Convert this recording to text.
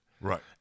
Right